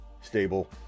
stable